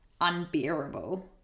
unbearable